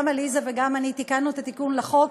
גם עליזה וגם אני תיקנו את התיקון לחוק,